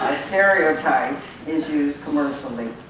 stereotype is used commercially.